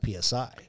PSI